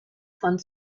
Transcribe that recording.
von